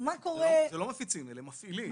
זה לא מפיצים, אלה מפעילים.